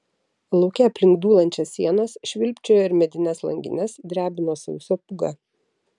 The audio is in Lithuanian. lauke aplink dūlančias sienas švilpčiojo ir medines langines drebino sausio pūga